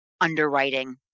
underwriting